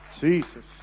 Jesus